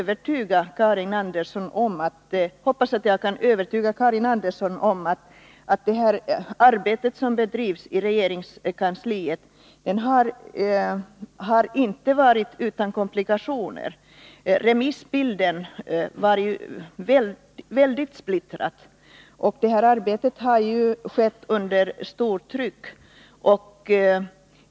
Jag hoppas att jag kan övertyga Karin Andersson om att det arbete som bedrivs i regeringskansliet inte har varit utan komplikationer. Remissbilden var väldigt splittrad, och arbetet har skett under stort tryck.